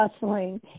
bustling